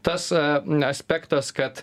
tas aspektas kad